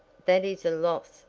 that is a loss,